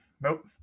nope